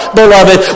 beloved